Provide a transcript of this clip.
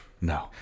No